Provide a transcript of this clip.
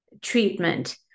treatment